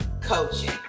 coaching